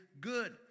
good